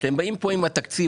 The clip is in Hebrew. כשאתם באים לפה עם התקציב,